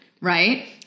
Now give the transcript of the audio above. Right